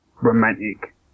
romantic